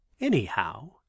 anyhow